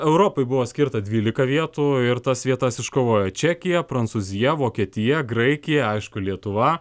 europai buvo skirta dvylika vietų ir tas vietas iškovojo čekija prancūzija vokietija graikija aišku lietuva